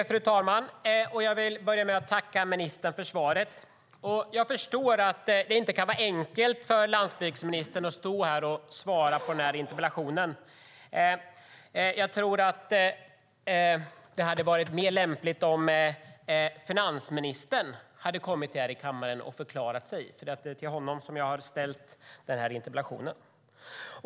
Fru talman! Jag vill börja med att tacka ministern för svaret. Jag förstår att det inte kan vara enkelt för landsbygdsministern att svara på interpellationen. Det hade nog varit mer lämpligt om finansministern hade förklarat sig här i kammaren. Det var till honom som jag ställde interpellationen.